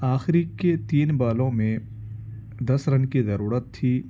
آخری کے تین بالوں میں دس رن کی ضرورت تھی